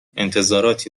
انتظاراتی